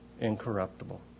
incorruptible